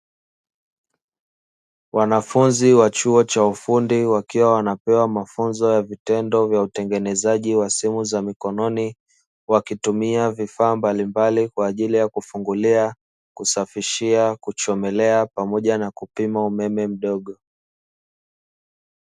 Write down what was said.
Wanafunzi wa chuo cha ufundi wakiwa wanapewa mafunzo ya vitendo vya utengenezaji wa simu za mikononi, wakitumia vifaa mbalimbali kwa ajili ya kufungulia, kusafishia, kuchomelea pamoja na kupima umeme mdogo.